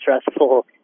stressful